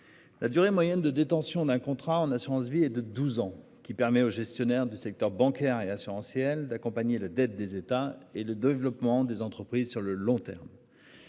La durée moyenne de détention d'un contrat en assurance vie, et de 12 ans qui permet au gestionnaire du secteur bancaire et assurantiel d'accompagner de dettes des États et le développement des entreprises sur le long terme.